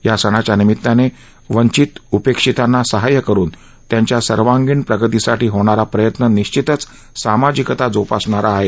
या सणाच्या निमिताने वंचित उपेक्षितांना सहाय्य करून त्यांच्या सर्वांगीण प्रगतीसाठी होणारा प्रयत्न निश्चितच सामाजिकता जोपासणारा आहे